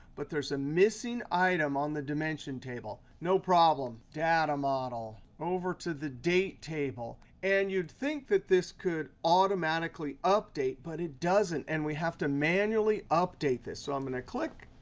but there's a missing item on the dimension table. no problem. data model, over to the date table. and you'd think that this could automatically update, but it doesn't. and we have to manually update this. so i'm going to click.